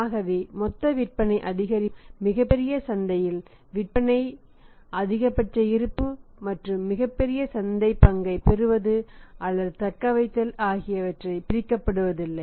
ஆகவே மொத்த விற்பனை அதிகரிப்பு மிகப்பெரிய சந்தையில் விற்பனை அதிகபட்ச இருப்பு மற்றும் மிகப்பெரிய சந்தைப் பங்கைப் பெறுவது அல்லது தக்கவைத்தல் ஆகியவற்றை பிரிக்கப் படுவதில்லை